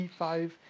P5